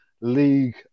League